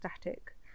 static